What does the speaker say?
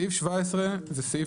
סעיף 17 זה סעיף